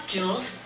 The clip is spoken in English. Jules